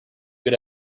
good